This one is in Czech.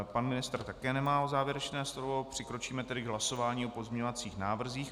Pan ministr také nemá o závěrečné slovo zájem, přikročíme tedy k hlasování o pozměňovacích návrzích.